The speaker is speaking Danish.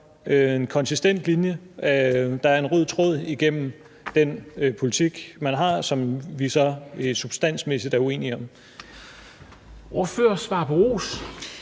en konsistent holdning; der er en rød tråd igennem den politik, man har, som vi så substansmæssigt er uenige om.